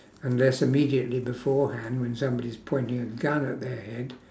unless immediately beforehand when somebody's pointing a gun at their head